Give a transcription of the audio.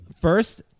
First